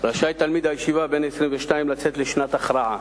רשאי תלמיד ישיבה בן 22 לצאת ל"שנת הכרעה",